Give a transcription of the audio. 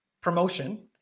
promotion